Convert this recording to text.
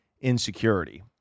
insecurity